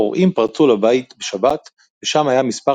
הפורעים פרצו לבית בשבת ושם היה מספר